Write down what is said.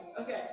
Okay